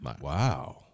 Wow